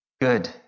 good